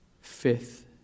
Fifth